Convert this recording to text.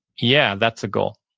yeah, that's a goal.